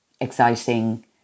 Exciting